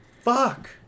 fuck